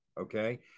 Okay